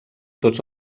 tots